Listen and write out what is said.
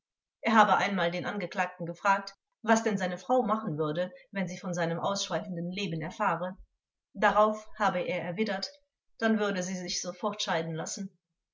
er habe einmal den angeklagten gefragt was denn seine frau machen würde wenn sie von seinem ausschweifenden leben erfahre darauf habe er erwidert dann würde sie sich sofort scheiden lassen